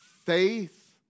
Faith